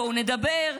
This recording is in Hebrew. בואו נדבר,